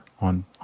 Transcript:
on